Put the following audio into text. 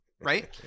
right